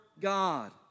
god